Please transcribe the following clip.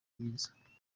myiza